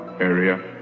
area